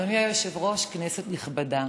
אדוני היושב-ראש, כנסת נכבדה,